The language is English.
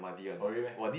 horrid meh